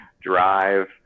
Drive